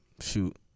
shoot